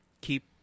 Keep